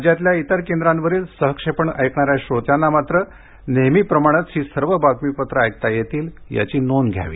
राज्यातल्या इतर केंद्रांवरील सहक्षेपण ऐकणाऱ्या श्रोत्यांना मात्र नेहमीप्रमाणेच ही सर्व बातमीपत्र ऐकता येतील याची नोंद घ्यावी